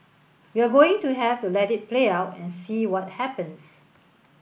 we're going to have to let it play out and see what happens